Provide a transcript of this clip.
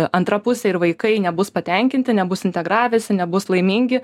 antra pusė ir vaikai nebus patenkinti nebus integravęsi nebus laimingi